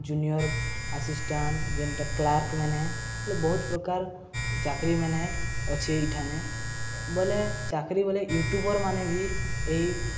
junior assistant ଯେନ୍ଟା କ୍ଲର୍କମାନେ ବୋଲେ ବହୁତ ପ୍ରକାର ଚାକିରୀମାନେ ଅଛେ ଏଠାନେ ବୋଲେ ଚାକିରି ବୋଲେ ୟୁଟ୍ୟୁବର ମାନେ ବି ଏଇ